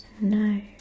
no